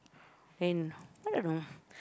and I don't know